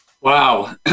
Wow